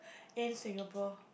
in Singapore